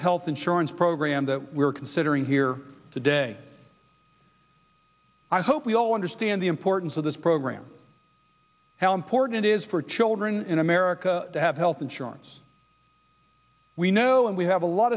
health insurance program that we are considering here today i hope we all understand the importance of this program hell important is for children in america to have health insurance we know and we have a lot